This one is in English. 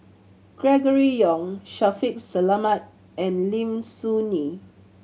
Gregory Yong Shaffiq Selamat and Lim Soo Ngee